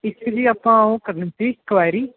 ਇੱਕ ਜੀ ਆਪਾਂ ਉਹ ਕਰਨੀ ਸੀ ਕੁਐਰੀ